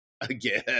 again